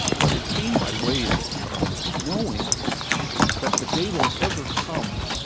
but it came by way of knowing that the day won't ever come